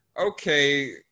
okay